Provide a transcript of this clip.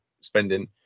spending